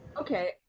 okay